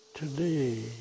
Today